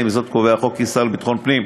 עם זאת קובע החוק כי השר לביטחון הפנים,